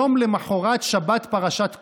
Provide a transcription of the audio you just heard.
יום למוחרת, שבת פרשת קרח.